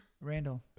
Randall